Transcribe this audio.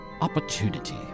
opportunity